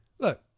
Look